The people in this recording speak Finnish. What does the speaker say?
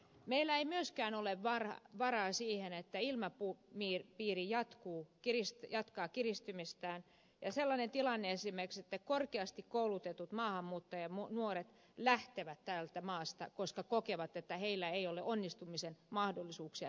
meillä ei myöskään ole varaa siihen että ilmapiiri jatkaa kiristymistään eikä sellaiseen tilanteeseen esimerkiksi että korkeasti koulutetut maahanmuuttajanuoret lähtevät maasta koska kokevat että heillä ei ole onnistumisen mahdollisuuksia täällä